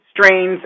strains